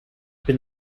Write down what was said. been